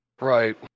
Right